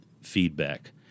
feedback